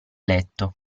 letto